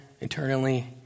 eternally